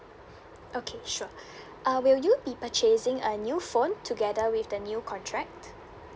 okay sure uh will you be purchasing a new phone together with the new contract